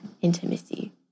intimacy